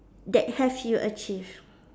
that have you achieved